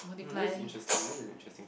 um this is interesting this is interesting